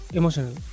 emotional